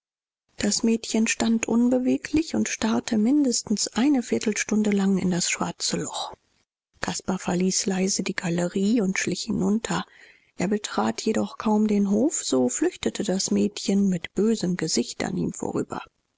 das mädchen stand unbeweglich und starrte mindestens eine viertelstunde lang in das schwarze loch caspar verließ leise die galerie und schlich hinunter er betrat jedoch kaum den hof so flüchtete das mädchen mit bösem gesicht an ihm vorüber